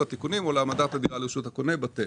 תיקונים או להעמדת הדירה לרשות הקונה בטל.